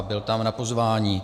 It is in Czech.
Byl tam na pozvání.